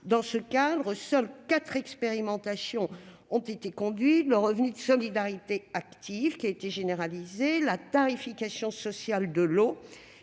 à ce jour, seules quatre expérimentations ont été conduites : le revenu de solidarité active, qui a été généralisé ; la tarification sociale de l'eau,